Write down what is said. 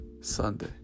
Sunday